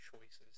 choices